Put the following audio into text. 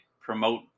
promote